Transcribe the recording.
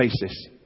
basis